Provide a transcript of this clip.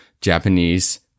Japanese